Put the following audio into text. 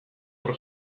hor